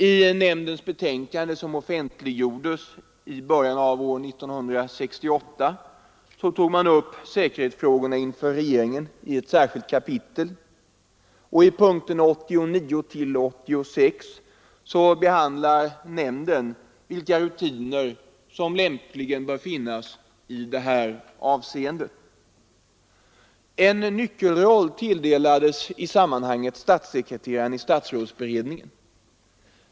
I nämndens betänkande, som offentliggjordes i början av år 1968, tog man upp säkerhetsfrågorna inför regeringen i ett särskilt kapitel. I punkterna 89—96 behandlar nämnden vilka rutiner som lämpligen bör finnas i detta avseende. En nyckelroll tilldelades i sammanhanget statssekreteraren i statsrådsberedningen.